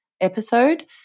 episode